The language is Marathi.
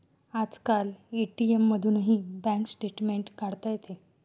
आजकाल ए.टी.एम मधूनही बँक स्टेटमेंट काढता येते